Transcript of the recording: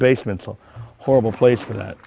basement some horrible place for that